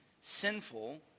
sinful